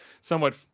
somewhat